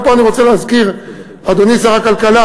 פה אני רוצה להזכיר, אדוני שר הכלכלה: